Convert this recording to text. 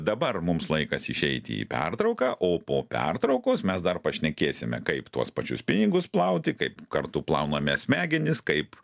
dabar mums laikas išeiti į pertrauką o po pertraukos mes dar pašnekėsime kaip tuos pačius pinigus plauti kaip kartu plauname smegenis kaip